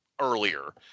earlier